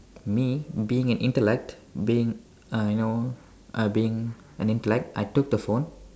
me being an intellect being uh you know uh being an intellect I took the phone